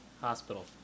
hospital